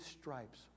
stripes